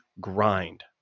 grind